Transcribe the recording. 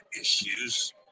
issues